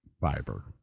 fiber